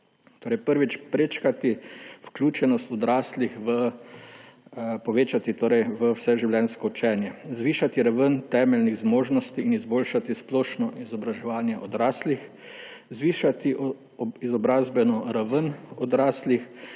so: povečati vključenost odraslih v vseživljenjsko učenje, zvišati raven temeljnih zmožnosti in izboljšati splošno izobraževanje odraslih, zvišati izobrazbeno raven odraslih,